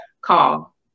call